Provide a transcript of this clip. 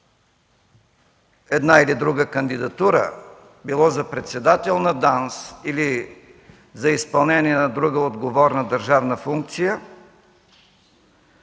една или друга кандидатура било за председател на ДАНС или за изпълнение на друга отговорна държавна функция,